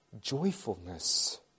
joyfulness